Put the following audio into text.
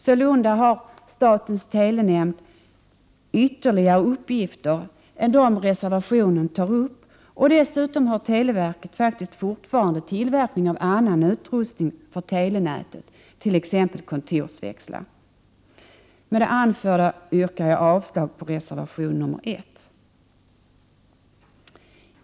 Sålunda har statens telenämnd fler uppgifter än dem man tar upp i reservationen. Dessutom har televerket faktiskt fortfarande tillverkning av utrustning för telenätet, t.ex. kontorsväxlar. Med det anförda yrkar jag avslag på reservation nr 1.